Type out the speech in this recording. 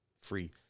free